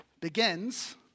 begins